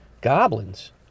goblins